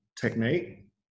technique